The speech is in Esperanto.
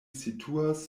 situas